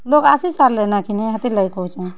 ଲୋକ୍ ଆସି ସାର୍ଲେନା କିନି ହୋଥିର୍ଲାଗି କହୁଚେଁ